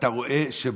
ואתה רואה שבסוף,